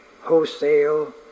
wholesale